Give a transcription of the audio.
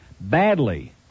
Badly